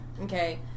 Okay